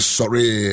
sorry